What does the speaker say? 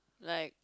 like